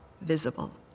visible